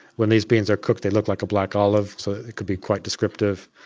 when these beans are cooked they look like a black olive, so that could be quite descriptive.